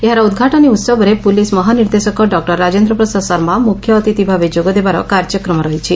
ଏହାର ଉଦ୍ଘାଟନୀ ଉହବରେ ପୁଲିସ୍ ମହାନିର୍ଦ୍ଦେଶକ ଡକୁର ରାଜେନ୍ଦ୍ର ପ୍ରସାଦ ଶର୍ମା ମୁଖ୍ୟ ଅତିଥି ଭାବେ ଯୋଗଦେବାର କାର୍ଯ୍ୟକ୍ରମ ରହିଛି